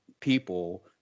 people